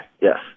yes